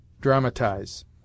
Dramatize